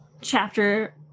chapter